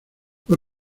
fue